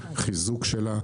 חיזוק שלה,